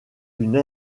d’une